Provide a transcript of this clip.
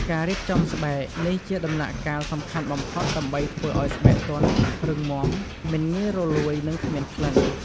ការរៀបចំស្បែក នេះជាដំណាក់កាលសំខាន់បំផុតដើម្បីធ្វើឲ្យស្បែកទន់ រឹងមាំ មិនងាយរលួយ និងគ្មានក្លិន។